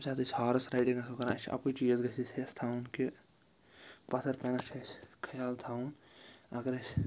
ییٚمہِ ساتہٕ أسۍ ہارٕس رایڈِنٛگ آسو کَران اَسہِ چھِ اَکُے چیٖز گژھِ اَسہِ حٮ۪س تھاوُن کہِ پَتھٕر پٮ۪نَس چھُ اَسہِ خیال تھاوُن اَگر أسۍ